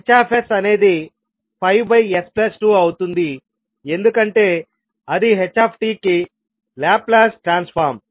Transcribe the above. Hsఅనేది 5s2 అవుతుంది ఎందుకంటే అది h కి లాప్లాస్ ట్రాన్సఫార్మ్